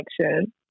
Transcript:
connection